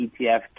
ETF